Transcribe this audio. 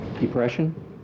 Depression